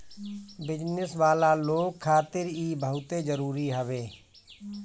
business वाला लोग खातिर इ बहुते जरुरी हवे